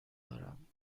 دارم